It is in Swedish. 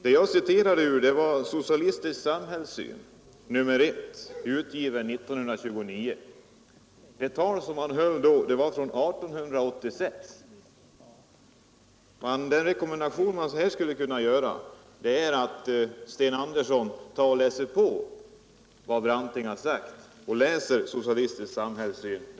Det jag citerade ur var Socialistisk samhällssyn, nr 1, utgiven 1929, och talet som Branting höll var från 1886. Jag skulle vilja rekommendera Sten Andersson att läsa vad Branting har sagt. Läs Socialistisk samhällssyn!